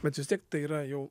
bet vis tiek tai yra jau